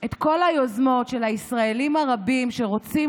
את כל היוזמות של הישראלים הרבים שרוצים